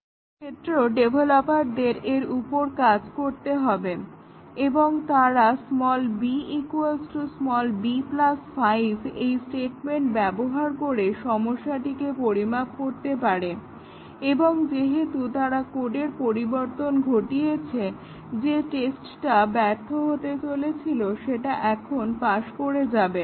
এক্ষেত্রেও ডেভেলপারদের এর উপর কাজ করতে হবে এবং তারপর তারা b b 5 এই স্টেটমেন্ট ব্যবহার করে সমস্যাটিকে পরিমাপ করতে পারে এবং যেহেতু তারা কাডের পরিবর্তন ঘটিয়েছে যে টেস্টটা ব্যর্থ হতে চলেছিল সেটা এখন পাশ করে যাবে